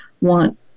want